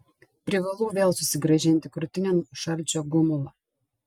privalau vėl susigrąžinti krūtinėn šalčio gumulą